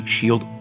shield